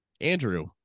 Andrew